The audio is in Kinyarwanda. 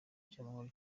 cy’amahoro